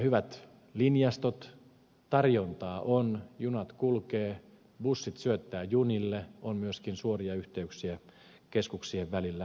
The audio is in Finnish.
hyvät linjastot tarjontaa on junat kulkevat bussit syöttävät junille on myöskin suoria yhteyksiä keskuksien välillä linja autoilla